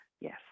yes